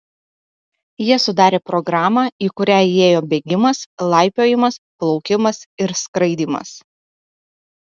jie sudarė programą į kurią įėjo bėgimas laipiojimas plaukimas ir skraidymas